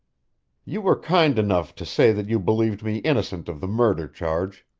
you were kind enough to say that you believed me innocent of the murder charge